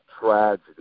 tragedy